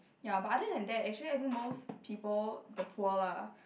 ya but other than that actually I think most people the poor lah